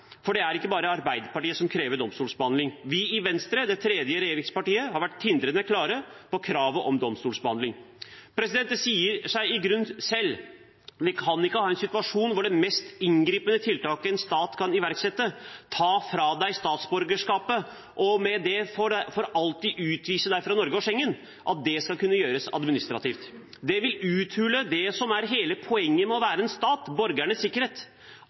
for det er ikke bare Arbeiderpartiet som krever domstolsbehandling. Vi i Venstre, det tredje regjeringspartiet, har vært tindrende klare på kravet om domstolsbehandling. Det sier seg i grunnen selv: Vi kan ikke ha en situasjon hvor det mest inngripende tiltaket en stat kan iverksette – ta fra en statsborgerskapet og med det for alltid utvise en fra Norge og Schengen – skal kunne gjøres administrativt. Det vil uthule hele poenget med det å være en stat, borgernes sikkerhet